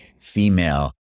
female